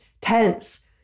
tense